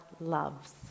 loves